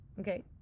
okay